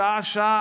שעה-שעה,